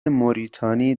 موریتانی